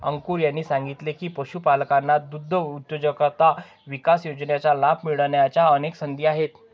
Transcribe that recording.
अंकुर यांनी सांगितले की, पशुपालकांना दुग्धउद्योजकता विकास योजनेचा लाभ मिळण्याच्या अनेक संधी आहेत